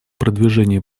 продвижение